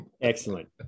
Excellent